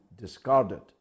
discarded